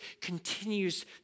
continues